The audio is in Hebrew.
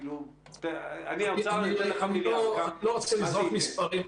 אני לא רוצה לזרוק מספרים,